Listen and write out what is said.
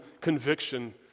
conviction